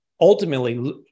ultimately